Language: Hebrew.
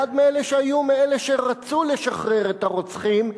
אחד מאלה שרצו לשחרר את הרוצחים,